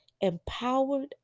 empowered